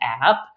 app